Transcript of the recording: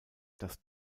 das